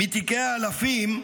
מתיקי האלפים,